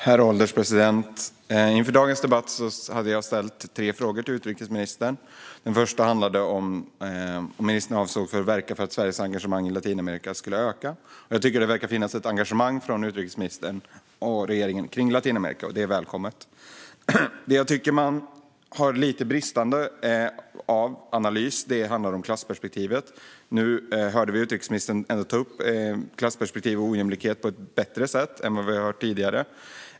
Herr ålderspresident! Jag hade inför dagens debatt ställt tre frågor till utrikesministern. Den första gällde om ministern avsåg att verka för att Sveriges engagemang i Latinamerika ska öka. Det verkar finnas ett engagemang hos utrikesministern och regeringen för Latinamerika; det är välkommet. Jag tycker att man har en något bristande analys av klassperspektivet. Nu hörde vi utrikesministern ändå ta upp klassperspektiv och ojämlikhet på ett bättre sätt än tidigare.